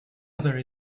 other